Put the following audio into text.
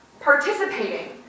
participating